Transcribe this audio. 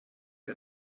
wir